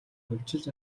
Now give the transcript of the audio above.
хувьчилж